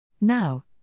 Now